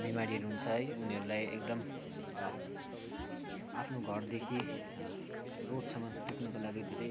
बिमारीहरू हुन्छ है उनीहरूलाई एकदम आफनो घरदेखि रोडसम्म पुग्नको लागि धेरै